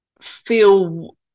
feel